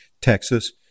Texas